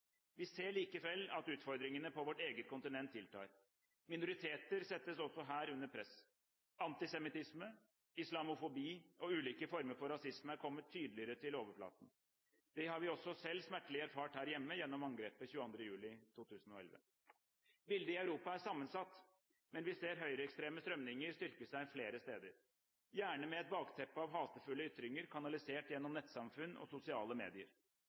Vi ser likevel at utfordringene på vårt eget kontinent tiltar. Minoriteter settes også her under press. Antisemittisme, islamofobi og ulike former for rasisme er kommet tydeligere til overflaten. Det har vi også selv smertelig erfart her hjemme gjennom angrepet 22. juli 2011. Bildet i Europa er sammensatt, men vi ser høyreekstreme strømninger styrke seg flere steder, gjerne med et bakteppe av hatefulle ytringer kanalisert gjennom nettsamfunn og sosiale medier.